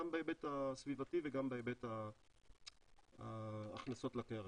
גם בהיבט הסביבתי וגם בהיבט ההכנסות לקרן.